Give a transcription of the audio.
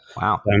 wow